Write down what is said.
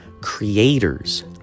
creators